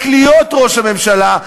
רק להיות ראש הממשלה,